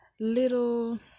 little